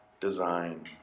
design